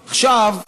עכשיו,